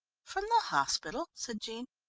from the hospital? said jean.